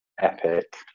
Epic